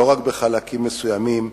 ולא רק בחלקים מסוימים,